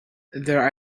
their